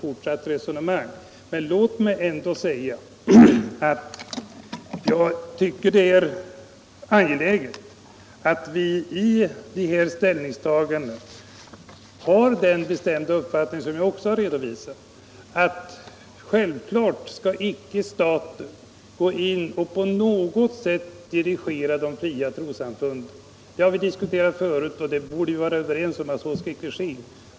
Låt mig emellertid säga att jag finner det angeläget att vi i våra ställningstaganden har den bestämda uppfattning, som jag också har redovisat, att staten självklart inte skall gå in och på något sätt dirigera de fria trossamfunden. Det har vi diskuterat förut och vi borde vara överens om att så icke skall ske.